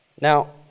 Now